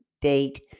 date